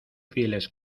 fieles